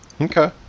Okay